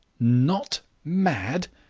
not mad!